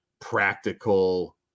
practical